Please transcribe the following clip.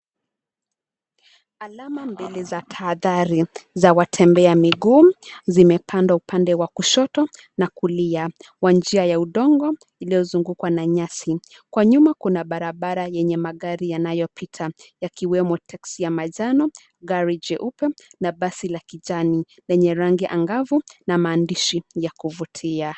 Alama mbele za tahadhari ,za watembea miguu zimepandwa upande wa kushoto na kulia wa njia ya udongo inayozungukwa na nyasi. Kwa nyuma kuna barabara yenye magari yananyopita yakiwemo teksi ya manjano, gari jeupe na basi la kijani lenye rangi angavu na maandishi ya kuvutia.